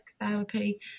therapy